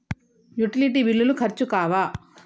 Utility బిల్లులు ఖర్చు కావా?